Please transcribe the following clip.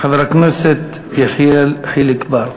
חבר הכנסת יחיאל חיליק בר.